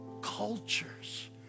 cultures